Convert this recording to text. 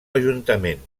ajuntament